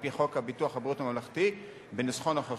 על-פי חוק ביטוח בריאות ממלכתי בניסוחו הנוכחי,